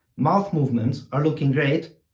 mouth movements are looking great,